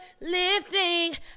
lifting